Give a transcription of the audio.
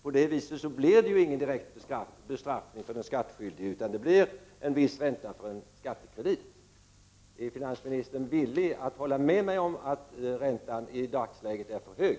På detta vis blir det ju inte någon direkt bestraffning av den skattskyldige, utan det blir fråga om en viss ränta för en skattekredit. Är finansministern villig att hålla med mig om att räntan i dagsläget är för hög?